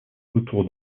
autour